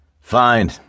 Fine